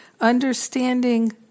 understanding